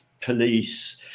police